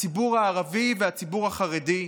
הציבור הערבי והציבור החרדי.